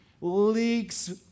leaks